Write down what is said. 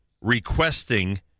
requesting